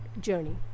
journey